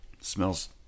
Smells